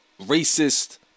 racist